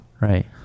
Right